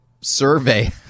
survey